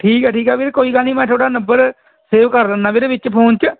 ਠੀਕ ਆ ਠੀਕ ਆ ਵੀਰ ਕੋਈ ਗੱਲ ਨਹੀਂ ਮੈਂ ਤੁਹਾਡਾ ਨੰਬਰ ਸੇਵ ਕਰ ਲੈਂਦਾ ਵੀਰੇ ਵਿੱਚ ਫੋਨ 'ਚ